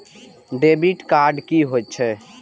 Debit card की होय छेय?